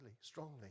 strongly